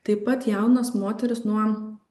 taip pat jaunas moteris nuo